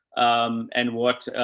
um, and what, ah,